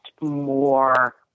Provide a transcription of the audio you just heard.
more